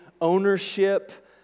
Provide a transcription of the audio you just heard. ownership